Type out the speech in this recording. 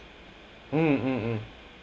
mm mm mm